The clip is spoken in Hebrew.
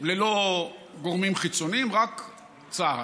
ללא גורמים חיצוניים, רק צה"ל.